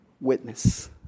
witness